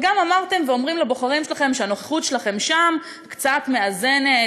וגם אמרתם ואתם אומרים לבוחרים שלכם שהנוכחות שלכם קצת מאזנת,